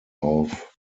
auf